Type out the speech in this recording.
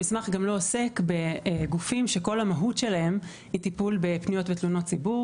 המסמך גם לא עוסק בגופים שכל המהות שלהם היא טיפול בפניות ותלונות ציבור